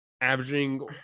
averaging